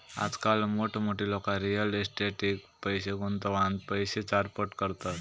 आजकाल मोठमोठी लोका रियल इस्टेटीट पैशे गुंतवान पैशे चारपट करतत